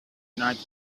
united